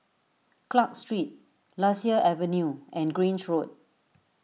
Clarke Street Lasia Avenue and Grange Road